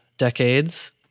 decades